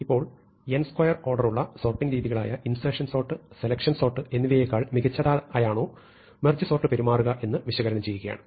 ഇപ്പോൾ നമ്മൾ n2 ഓർഡറുള്ള സോർട്ടിങ് രീതികളായ ഇൻസേർഷൻ സോർട്ട് സെലക്ഷൻ സോർട്ട് എന്നിവയെക്കാൾ മികച്ചതായാണോ മെർജ് സോർട്ട് പെരുമാറുക എന്ന് വിശകലനം ചെയ്യുകയാണ്